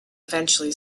eventually